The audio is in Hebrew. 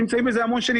שנמצאים בזה המון שנים.